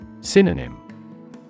Synonym